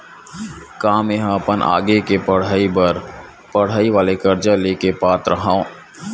का मेंहा अपन आगे के पढई बर पढई वाले कर्जा ले के पात्र हव?